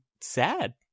sad